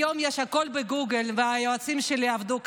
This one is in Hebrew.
היום יש הכול בגוגל והיועצים שלי עבדו קשה,